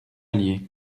allier